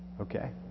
Okay